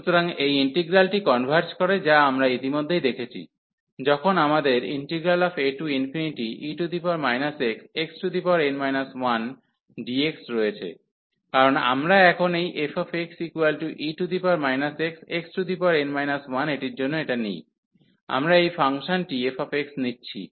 সুতরাং এই ইন্টিগ্রালটি কনভার্জ করে যা আমরা ইতিমধ্যেই দেখেছি যখন আমাদের ae xxn 1dx রয়েছে কারণ আমরা এখন এই fxe xxn 1 এটির জন্য এটা নিই আমরা এই ফাংশনটি f নিচ্ছি